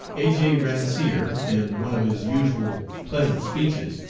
a. j. ransier, in one of his usual pleasant speeches,